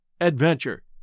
Adventure